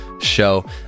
show